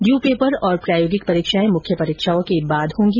due paper और प्रायोगिक परीक्षाएं मुख्य परीक्षाओं के बाद होंगी